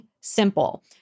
simple